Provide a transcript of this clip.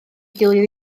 gilydd